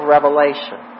Revelation